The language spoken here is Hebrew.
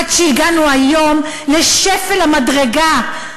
עד שהגענו היום לשפל המדרגה.